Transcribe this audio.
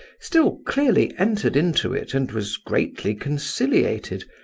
still clearly entered into it and was greatly conciliated,